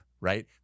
Right